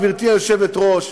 גברתי היושבת-ראש,